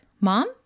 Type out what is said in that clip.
mom